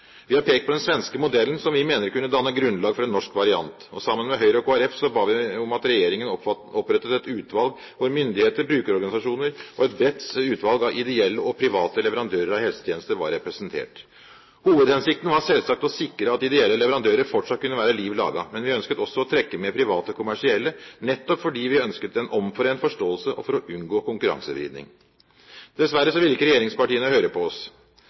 Vi har pekt på den svenske modellen, som vi mener kunne danne grunnlag for en norsk variant. Sammen med Høyre og Kristelig Folkeparti ba vi om at regjeringen opprettet et utvalg hvor myndigheter, brukerorganisasjoner og et bredt utvalg av ideelle og private leverandører av helsetjenester var representert. Hovedhensikten var selvsagt å sikre at ideelle leverandører fortsatt kunne være liv laga, men vi ønsket også å trekke med private kommersielle, nettopp fordi vi ønsket en omforent forståelse og for å unngå konkurransevridning. Dessverre ville ikke regjeringspartiene høre på oss.